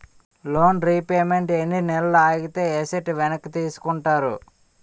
Loan repayment ఎన్ని నెలలు ఆగితే ఎసట్ వెనక్కి తీసుకుంటారు?